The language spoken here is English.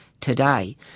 today